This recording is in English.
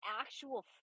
actual